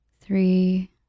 three